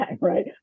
right